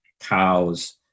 cows